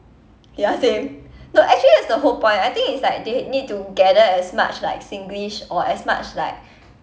ya same no actually that's the whole point I think it's like they need to gather as much like singlish or as much like